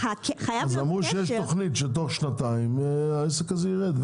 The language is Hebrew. אמרו שיש תוכנית שתוך שנתיים העסק הזה ירד.